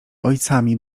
ojcami